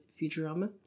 Futurama